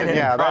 yeah.